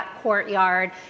Courtyard